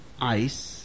ice